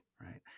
Right